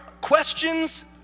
questions